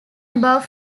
above